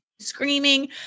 screaming